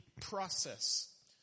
process